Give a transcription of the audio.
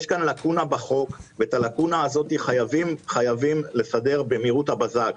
יש לקונה בחוק וחייבים לסדר אותה במהירות הבזק.